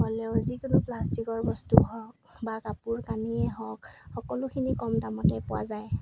হ'লেও যিকোনো প্লাষ্টিকৰ বস্তু হওক বা কাপোৰ কানিয়ে হওক সকলোখিনি কম দামতে পোৱা যায়